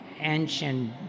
ancient